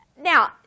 Now